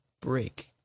Break